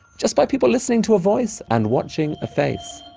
just by people listening to a voice and watching a face.